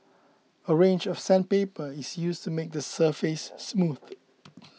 a range of sandpaper is used to make the surface smooth